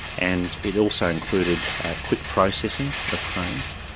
and it also included quick processing of claims,